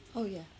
oh ya